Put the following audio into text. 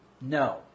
no